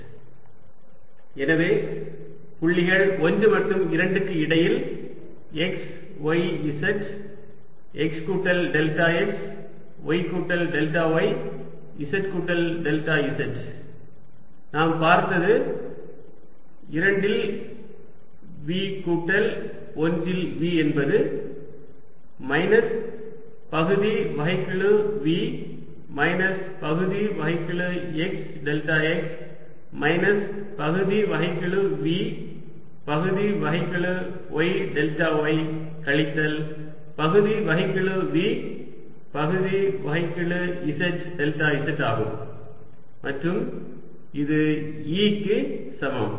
dl Ein terms of potential V2V1 VxxyyzzV1 ∂V∂xx ∂V∂yy ∂V∂zz எனவே புள்ளிகள் 1 மற்றும் 2 க்கு இடையில் x y z x கூட்டல் டெல்டா x y கூட்டல் டெல்டா y z கூட்டல் டெல்டா z நாம் பார்த்தது 2 இல் V கூட்டல் 1 இல் V என்பது மைனஸ் பகுதி வகைக்கெழு v மைனஸ் பகுதி வகைக்கெழு x டெல்டா x மைனஸ் பகுதி வகைக்கெழு v பகுதி வகைக்கெழு y டெல்டா y கழித்தல் பகுதி வகைக்கெழு v பகுதி வகைக்கெழு z டெல்டா z ஆகும் மற்றும் இது E க்கு சமம்